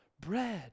bread